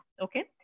Okay